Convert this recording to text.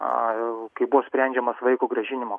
a kai bus sprendžiamas vaiko grąžinimo